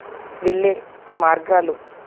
వెళ్ళే మార్గాలు